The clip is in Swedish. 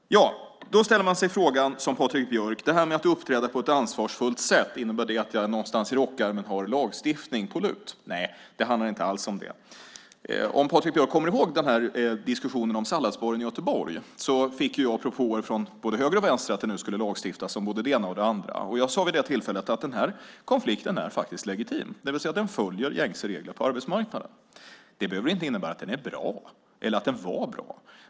Då ställer man sig frågan, som Patrik Björck gör, om detta att uppträda på ett ansvarsfullt sätt innebär att jag någonstans i rockärmen har en lagstiftning på lut. Nej, det handlar inte alls om det. Patrik Björck kommer kanske ihåg diskussionen om salladsbaren i Göteborg. Jag fick då propåer från både höger och vänster om att det skulle lagstiftas om både det ena och det andra. Jag sade vid det tillfället att den konflikten faktiskt var legitim, det vill säga att den följde gängse regler på arbetsmarknaden. Det betyder inte innebära att den var bra.